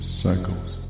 cycles